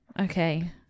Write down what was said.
Okay